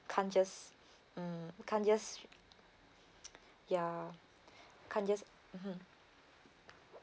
can't just mm can't just ya can't just mmhmm